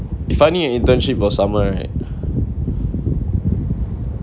you finding an internship for summer right